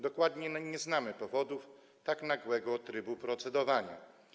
Dokładnie nie znamy powodów tak nagłego trybu procedowania.